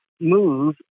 move